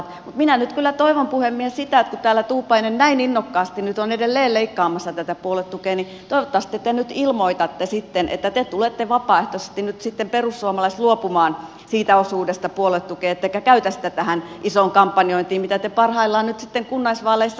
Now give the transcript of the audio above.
mutta minä nyt kyllä toivon puhemies sitä että kun täällä tuupainen näin innokkaasti nyt on edelleen leikkaamassa tätä puoluetukea niin toivottavasti te nyt ilmoitatte sitten että te perussuomalaiset tulette vapaaehtoisesti nyt luopumaan siitä osuudesta puoluetukea ettekä käytä sitä tähän isoon kampanjointiin mitä te parhaillaan nyt kunnallisvaaleissa käytte